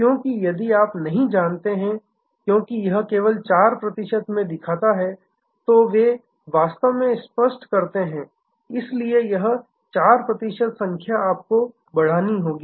क्योंकि यदि आप नहीं जानते हैं क्योंकि यह केवल 4 प्रतिशत दिखाता है तो वे वास्तव में स्पष्ट करते हैं इसलिए यह 4 प्रतिशत संख्या आपको बढ़ानी होगी